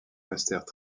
restèrent